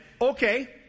okay